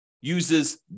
uses